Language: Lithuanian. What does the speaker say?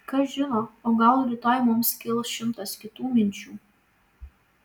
kas žino o gal rytoj mums kils šimtas kitų minčių